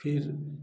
फिर